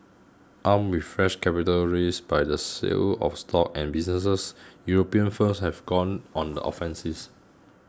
armed with fresh capital raised by the sale of stock and businesses European firms have gone on the offensives